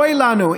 אוי לנו.